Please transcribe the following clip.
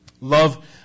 Love